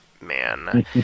man